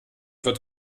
wird